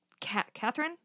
Catherine